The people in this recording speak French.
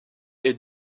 est